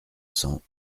cents